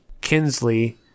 Kinsley